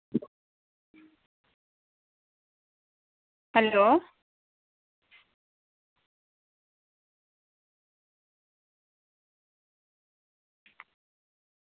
hello